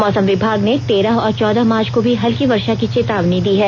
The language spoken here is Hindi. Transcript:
मौसम विभाग ने तेरह और चौदह मार्च को भी हल्की वर्षा की चेतावनी दी है